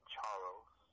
Charles